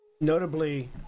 Notably